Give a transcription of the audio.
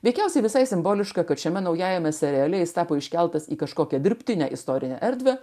veikiausiai visai simboliška kad šiame naujajame seriale jis tapo iškeltas į kažkokią dirbtinę istorinę erdvę